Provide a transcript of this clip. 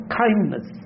kindness